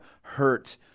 hurt